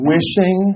Wishing